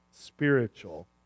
spiritual